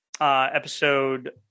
episode